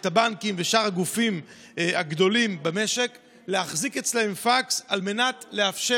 את הבנקים ואת שאר הגופים הגדולים במשק להחזיק אצלם פקס כדי לאפשר